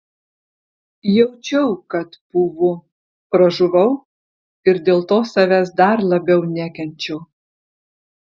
jaučiau kad pūvu pražuvau ir dėl to savęs dar labiau nekenčiau